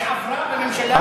היא עברה בממשלה,